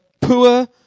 poor